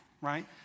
right